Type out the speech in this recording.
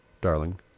darling